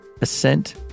Ascent